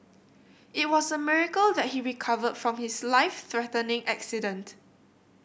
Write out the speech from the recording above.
it was a miracle that he recovered from his life threatening accident